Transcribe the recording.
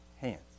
hands